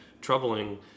troubling